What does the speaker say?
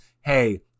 Hey